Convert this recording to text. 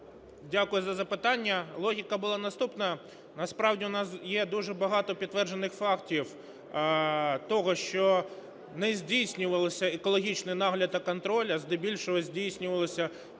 Дякую за запитання. Логіка була наступною. Насправді у нас є дуже багато підтверджених фактів того, що не здійснювалися екологічний нагляд та контроль, а здебільшого здійснювалися певні зловживання